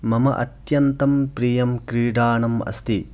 मम अत्यन्तं प्रियं क्रीडणम् अस्ति